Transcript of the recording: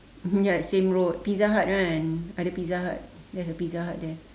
ya same road pizza hut kan ada pizza hut there's a pizza hut there